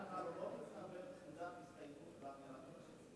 בדרך כלל הוא לא מתכוון, הסתייגות באמירת אמת.